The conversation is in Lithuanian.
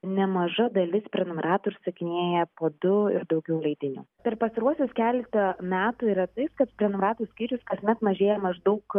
nemaža dalis prenumeratorių užsakinėja po du ir daugiau leidinių per pastaruosius keletą metų yra taip kad prenumeratorių skaičius kasmet mažėja maždaug